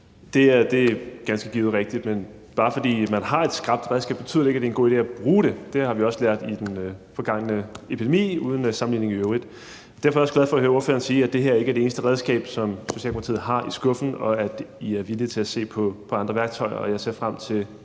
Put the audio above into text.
for det. Det er ganske givet rigtigt, men bare fordi man har et skrapt redskab, betyder det ikke, at det er en god idé at bruge det. Det har vi også lært i den forgangne tid med epidemi, uden sammenligning i øvrigt. Derfor er jeg også glad for at høre ordføreren sige, at det her ikke er det eneste redskab, som Socialdemokratiet har i skuffen, og at I er villige til at se på andre værktøjer. Jeg ser frem til det